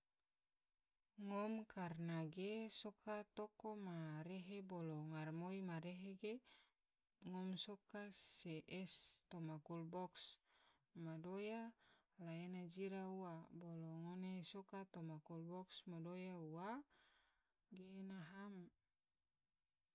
Ngom karena ge soka toko marehe bolo ngaramoi marehe ge ngom soka se es toma kalabox madoya la ena jira ua, bolo ngone soka toma kolobox madoya ua ge ena ham.